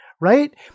right